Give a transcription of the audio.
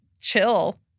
chill